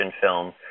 film